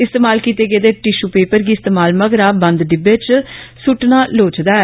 इस्तमाल कीते गेदे टीशू पेपर गी इस्ममाल मगरा बंद डिब्बे च सुट्टने लोढ़चदे न